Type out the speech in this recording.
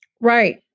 Right